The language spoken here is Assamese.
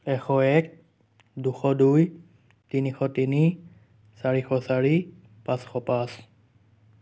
এশ এক দুশ দুই তিনিশ তিনি চাৰিশ চাৰি পাঁচশ পাঁচ